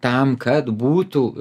tam kad būtų